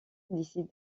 décide